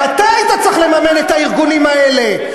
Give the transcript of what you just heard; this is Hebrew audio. אתה היית צריך לממן את הארגונים האלה,